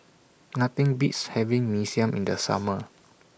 Nothing Beats having Mee Siam in The Summer